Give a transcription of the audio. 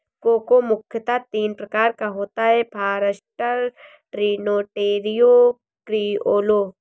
cocoa मुख्यतः तीन प्रकार का होता है फारास्टर, ट्रिनिटेरियो, क्रिओलो